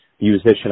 musician